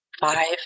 five